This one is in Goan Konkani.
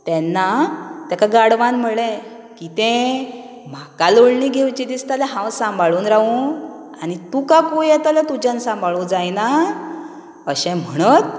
तेन्ना तेका गाडवान म्हळें किदें म्हाका लाळणी घेवची दिसता हांव सांबाळून रावूं आनी तुका कूंय येता जाल्यार तुज्यान सांबाळू जायना अशें म्हणत